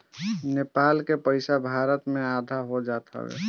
नेपाल के पईसा भारत में आधा हो जात हवे